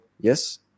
yes